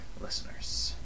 listeners